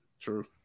True